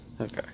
Okay